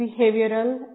behavioral